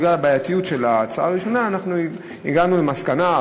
בגלל הבעייתיות של ההצעה הראשונה אנחנו הגענו למסקנה,